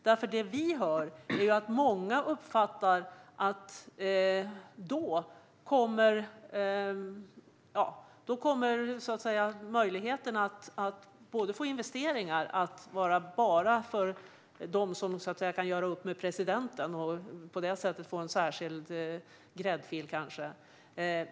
Det som vi hör är nämligen att många då uppfattar att möjligheten att få göra investeringar kommer att vara bara för dem som så att säga kan göra upp med presidenten och på det sättet kanske få en särskild gräddfil.